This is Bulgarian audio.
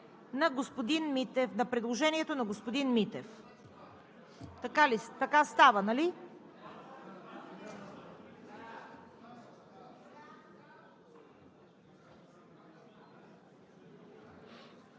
на предложението на господин Митев. Така става, нали?